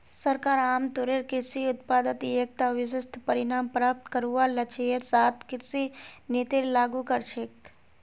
सरकार आमतौरेर कृषि उत्पादत एकता विशिष्ट परिणाम प्राप्त करवार लक्ष्येर साथ कृषि नीतिर लागू कर छेक